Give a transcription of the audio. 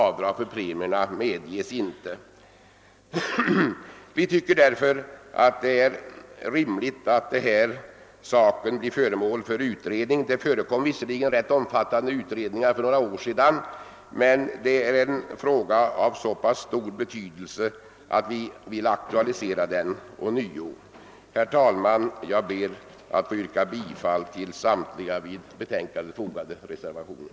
Avdrag för premierna kommer inte att medges. Det är enligt vår uppfattning rimligt att denna fråga blir föremål för en utredning. Det gjordes visserligen ganska omfattande utredningar härom för några år sedan, men frågan har så pass stor betydelse att vi ånyo vill aktualisera den. Herr talman! Jag ber att få yrka bifall till samtliga vid förevarande betänkande fogade reservationer.